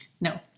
no